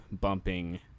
bumping